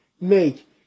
make